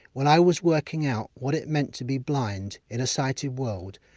when i was working out what it meant to be blind in a sighted world!